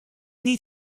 niet